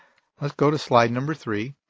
let's go to slide number three.